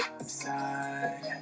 side